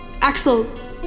Axel